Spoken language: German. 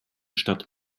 stadt